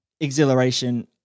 exhilaration